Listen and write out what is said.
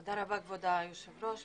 תודה רבה כבוד היושב ראש.